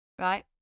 right